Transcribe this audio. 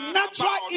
natural